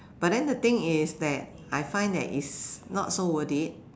but then the thing is that I find that is not so worth it